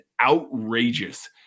outrageous